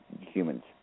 humans